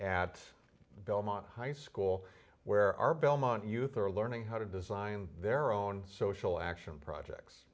at belmont high school where our belmont youth are learning how to design their own social action projects